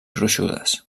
gruixudes